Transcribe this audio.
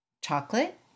Chocolate